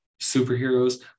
superheroes